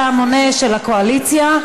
אתה המונה של הקואליציה,